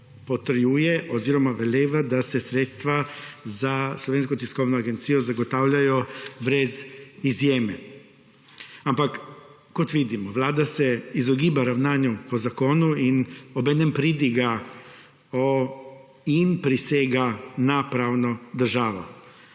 potrjuje oziroma veleva, da se sredstva za Slovensko tiskovno agencijo zagotavljajo brez izjeme. Ampak kot vidimo, vlada se izogiba ravnanju po zakonu in obenem pridiga in prisega na pravno državo,